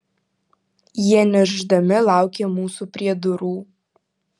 jie niršdami laukė mūsų prie durų